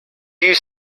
you